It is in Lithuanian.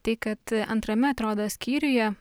tai kad antrame atrodo skyriuje